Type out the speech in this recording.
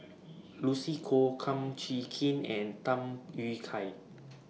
Lucy Koh Kum Chee Kin and Tham Yui Kai